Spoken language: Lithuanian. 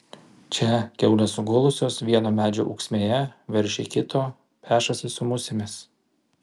čia kiaulės sugulusios vieno medžio ūksmėje veršiai kito pešasi su musėmis